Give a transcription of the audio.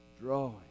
drawing